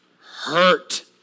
hurt